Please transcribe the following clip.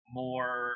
more